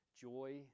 joy